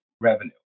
revenue